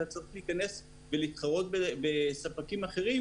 אתה צריך להיכנס ולהתחרות בספקים אחרים,